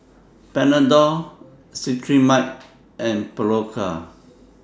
Panadol Cetrimide and Berocca